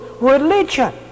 religion